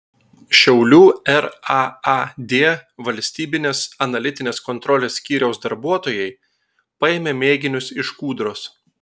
šiaulių raad valstybinės analitinės kontrolės skyriaus darbuotojai paėmė mėginius iš kūdros